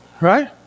right